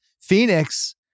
Phoenix